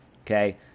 okay